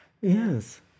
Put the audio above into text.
Yes